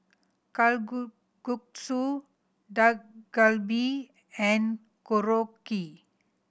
Dak Galbi and Korokke